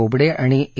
बोबडे आणि ए